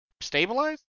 stabilize